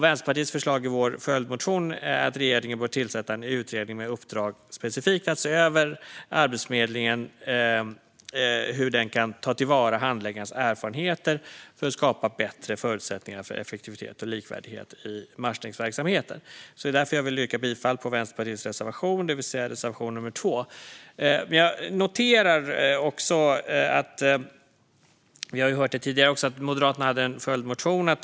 Vänsterpartiets förslag i vår följdmotion är att regeringen bör tillsätta en utredning med uppdrag att specifikt se över hur Arbetsförmedlingen kan ta till vara handläggarnas erfarenheter för att skapa bättre förutsättningar för effektivitet och likvärdighet i matchningsverksamheten. Jag vill därför yrka bifall till Vänsterpartiets reservation nr 2. Jag noterar också att Moderaterna har en följdmotion, som vi har hört här tidigare.